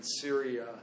Syria